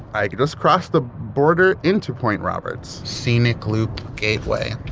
i just crossed the border into point roberts. scenic loop gateway.